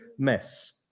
mess